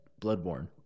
Bloodborne